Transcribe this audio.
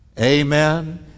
Amen